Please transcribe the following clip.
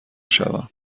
شوم